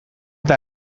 eta